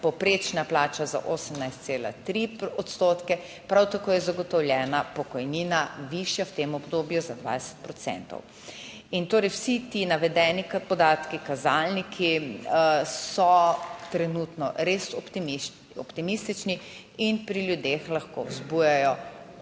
povprečna plača za 18,3 odstotke, prav tako je zagotovljena pokojnina, višja v tem obdobju za 20 procentov. In torej vsi ti navedeni podatki, kazalniki, so trenutno res optimistični in pri ljudeh lahko vzbujajo optimizem.